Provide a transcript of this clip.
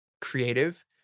creative